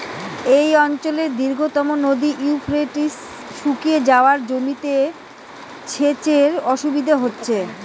এই অঞ্চলের দীর্ঘতম নদী ইউফ্রেটিস শুকিয়ে যাওয়ায় জমিতে সেচের অসুবিধে হচ্ছে